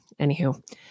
anywho